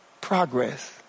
progress